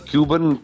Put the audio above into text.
Cuban